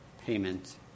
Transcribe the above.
payment